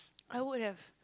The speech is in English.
I would have